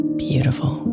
beautiful